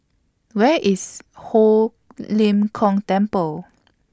Where IS Ho Lim Kong Temple